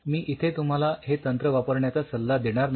मी इथे तुम्हाला हे तंत्र वापरण्याचा सल्ला देणार नाही